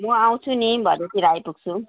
म आउँछु नि भरेतिर आइपुग्छु